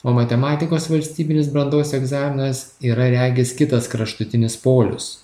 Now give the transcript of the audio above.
o matematikos valstybinis brandos egzaminas yra regis kitas kraštutinis polius